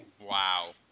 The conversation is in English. Wow